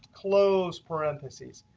close parentheses.